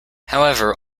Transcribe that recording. however